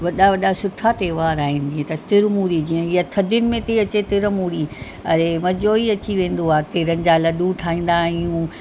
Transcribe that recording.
वॾा वॾा सुठा त्यौहार आहिनि ईअं त तिरमूरी जे जीअं ईअ थधियुनि में थी अचे तिरमूरी अड़े मज़ो ई अची वेंदो आहे तिरनि जा लॾूं ठाहींदा आहियूं